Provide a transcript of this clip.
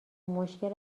مشکل